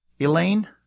Elaine